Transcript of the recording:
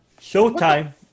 Showtime